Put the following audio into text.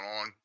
on